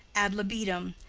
ad libitum,